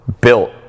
built